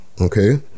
Okay